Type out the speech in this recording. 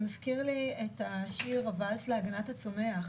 זה מזכיר לי את השיר "ואלס להגנת הצומח",